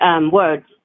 words